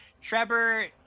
Trevor